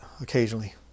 occasionally